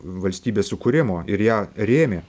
valstybės sukūrimo ir ją rėmė